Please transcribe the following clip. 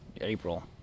april